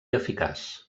eficaç